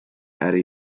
äri